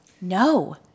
No